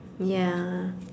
ya